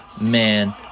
man